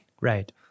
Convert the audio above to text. Right